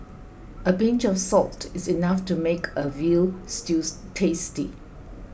a pinch of salt is enough to make a Veal Stew tasty